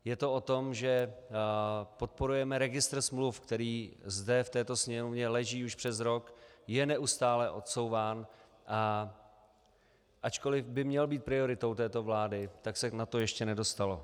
Je to o tom, že podporujeme registr smluv, který zde v této Sněmovně leží už přes rok, je neustále odsouván, a ačkoli by měl být prioritou této vlády, tak se na to ještě nedostalo.